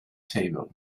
table